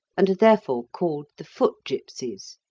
and are therefore called the foot gipsies.